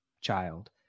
child